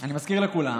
אני מזכיר לכולם